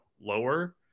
lower